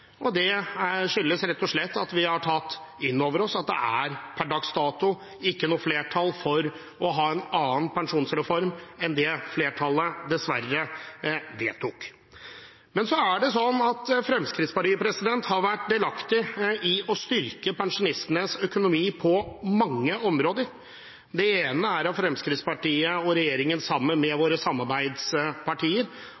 og det skyldes rett og slett at vi har tatt inn over oss at det per dags dato ikke er flertall for en annen pensjonsreform enn den flertallet dessverre vedtok. Fremskrittspartiet har vært delaktig i å styrke pensjonistenes økonomi på mange områder. Det ene er at Fremskrittspartiet og regjeringen, sammen med